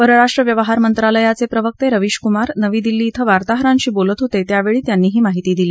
परराष्ट्र व्यवहार मंत्रालयाचे प्रवक्ते रवीश कुमार नवी दिल्ली कुं वार्ताहरांशी बोलत होते त्यावेळी त्यांनी ही माहिती दिली